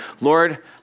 Lord